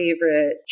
favorite